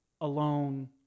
alone